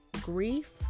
grief